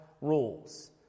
rules